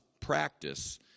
practice